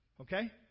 Okay